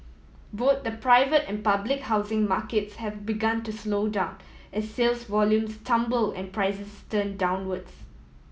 both the private and public housing markets have begun to slow down as sales volumes tumble and prices turn downwards